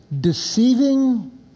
deceiving